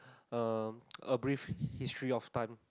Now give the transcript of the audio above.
um a brief history of times